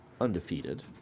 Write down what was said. undefeated